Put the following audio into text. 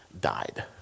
died